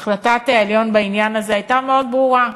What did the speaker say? החלטת העליון בעניין הזה הייתה מאוד ברורה.